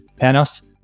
Panos